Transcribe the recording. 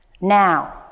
now